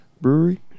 Brewery